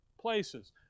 places